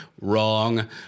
Wrong